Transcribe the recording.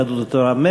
יהדות התורה,